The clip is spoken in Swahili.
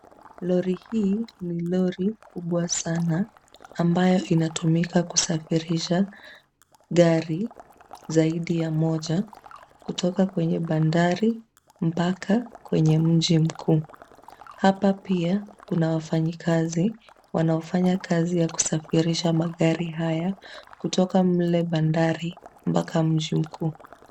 Lori hii, ni lori kubwa sana, ambayo inatumika kusafirisha gari zaidi ya moja kutoka kwenye bandari mpaka kwenye mji mkuu. Hapa pia, kuna wafanyikazi, wanaofanya kazi ya kusafirisha magari haya kutoka mle bandari, mpaka mji mkuu.